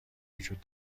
وجود